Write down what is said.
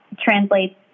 translates